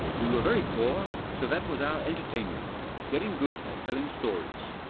we were very poor, so that was our entertainment getting good at telling stories.